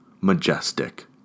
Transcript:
Majestic